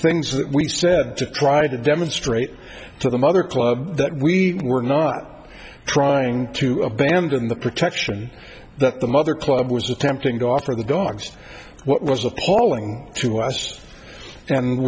things that we said to try to demonstrate to the mother club that we were not trying to abandon the protection that the mother club was attempting to offer the dogs what was appalling to us and